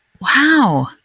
Wow